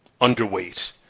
underweight